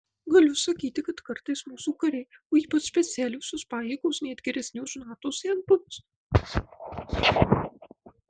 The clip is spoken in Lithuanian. galiu sakyti kad kartais mūsų kariai o ypač specialiosios pajėgos net geresni už nato senbuvius